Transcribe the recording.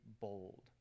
bold